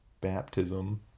baptism